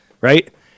right